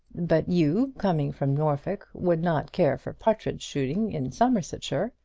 but you, coming from norfolk, would not care for partridge-shooting in somersetshire.